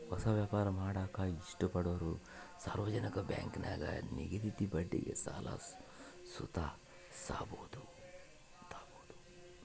ಹೊಸ ವ್ಯಾಪಾರ ಮಾಡಾಕ ಇಷ್ಟಪಡೋರು ಸಾರ್ವಜನಿಕ ಬ್ಯಾಂಕಿನಾಗ ನಿಗದಿತ ಬಡ್ಡಿಗೆ ಸಾಲ ಸುತ ತಾಬೋದು